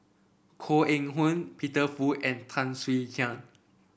Koh Eng Hoon Peter Fu and Tan Swie Hian